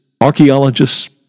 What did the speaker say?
archaeologists